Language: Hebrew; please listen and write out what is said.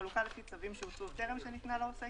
בחלוקה לפי צווים שהוצאו טרם שניתנה לעוסק